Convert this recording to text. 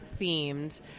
themed